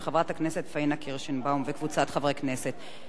של חברת הכנסת פניה קירשנבאום וקבוצת חברי הכנסת.